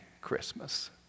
Christmas